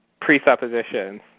presuppositions